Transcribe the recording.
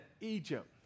Egypt